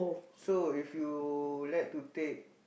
so if you like to take